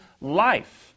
life